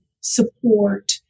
support